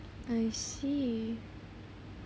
I see